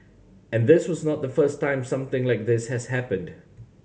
and this was not the first time something like this has happened